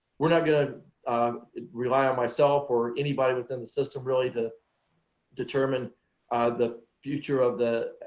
we're not going to rely on myself or anybody within the system really to determine the future of the